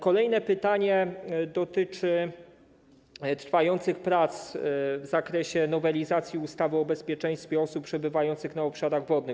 Kolejne pytanie dotyczy trwających prac w zakresie nowelizacji ustawy o bezpieczeństwie osób przebywających na obszarach wodnych.